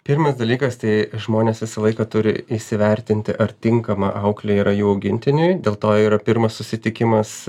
pirmas dalykas tai žmonės visą laiką turi įsivertinti ar tinkama auklė yra jų augintiniui dėl to yra pirmas susitikimas